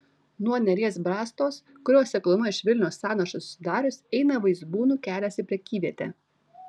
nuo neries brastos kurios sekluma iš vilnios sąnašų susidarius eina vaizbūnų kelias į prekyvietę